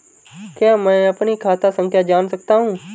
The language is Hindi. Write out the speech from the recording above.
क्या मैं अपनी खाता संख्या जान सकता हूँ?